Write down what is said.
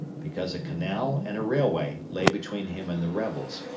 because a canal and a railway lay between him and the rebels,